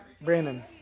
Brandon